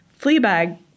Fleabag